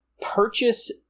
purchase